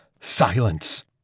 Silence